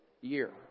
year